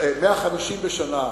150 בשנה.